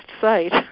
site